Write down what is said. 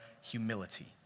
humility